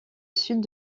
sud